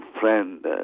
friend